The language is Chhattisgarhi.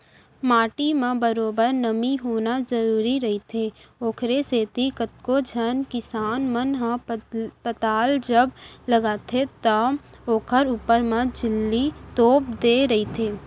माटी म बरोबर नमी होना जरुरी रहिथे, ओखरे सेती कतको झन किसान मन ह पताल जब लगाथे त ओखर ऊपर म झिल्ली तोप देय रहिथे